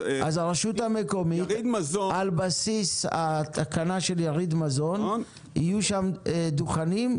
אז הרשות המקומית על בסיס התקנה של יריד מזון מאשרת שיהיו שם דוכנים,